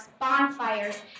bonfires